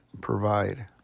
provide